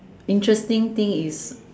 interesting thing is